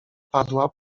padła